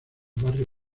barrio